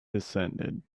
descended